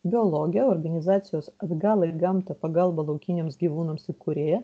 biologe organizacijos atgal į gamtą pagalba laukiniams gyvūnams įkūrėja